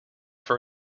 for